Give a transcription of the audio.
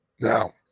Now